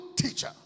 teacher